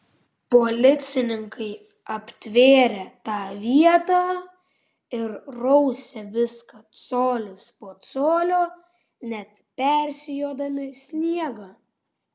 policininkai aptvėrė tą vietą ir rausė viską colis po colio net persijodami sniegą